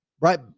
right